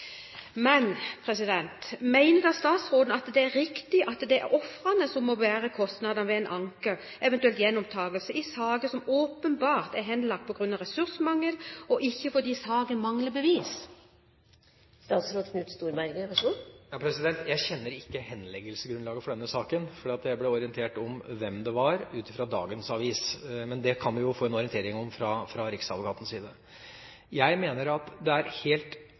Men mener statsråden at det er riktig at det er ofrene som må bære kostnadene ved en anke, eventuelt gjenopptakelse av saker som åpenbart er henlagt på grunn av ressursmangel, og ikke fordi det mangler bevis? Jeg kjenner ikke henleggelsesgrunnlaget for denne saken, for jeg ble orientert om dette i dagens avis, men det kan vi jo få en orientering om fra riksadvokatens side. Jeg mener at det arbeidet som er gjort i løpet av de siste årene, hvor vi nettopp styrker voldsofrenes situasjon, er helt